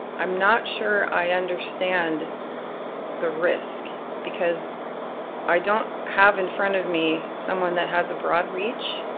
i'm not sure i understand the risk because i don't have in front of me someone that has a broad reach.